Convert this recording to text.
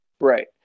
Right